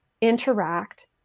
interact